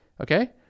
okay